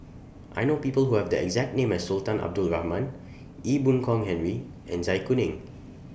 I know People Who Have The exact name as Sultan Abdul Rahman Ee Boon Kong Henry and Zai Kuning